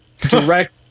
direct